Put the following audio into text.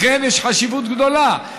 לכן, יש חשיבות גדולה.